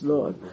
Lord